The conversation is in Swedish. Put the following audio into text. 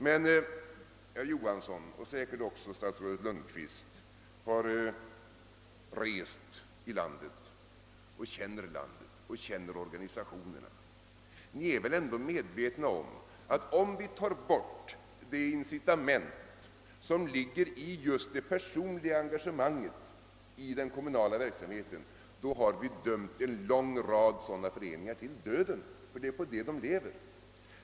Men herr Johansson och även statsrådet Lundkvist har säkerligen rest i landet och känner landet och organisationerna och är väl medvetna om att man, om man tar bort det incitament som ligger i det personliga engagemanget i den kommunala verksamheten, har dömt en lång rad av sådana föreningar till döden, ty det är på engagemanget de lever.